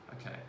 okay